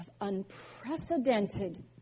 unprecedented